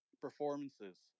performances